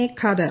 A Khader